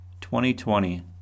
2020